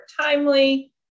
timely